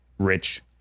Rich